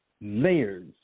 layers